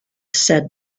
said